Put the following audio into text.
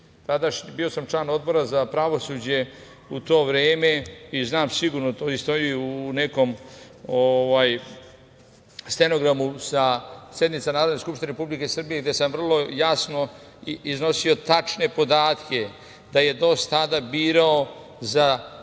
Bio sam član Odbora za pravosuđe u to vreme i znam sigurno tu istoriju u nekom stenogramu sa sednica Narodne skupštine Republike Srbije gde sam vrlo jasno iznosio tačne podatke da je DOS tada birao za